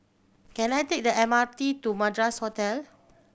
can I take the M R T to Madras Hotel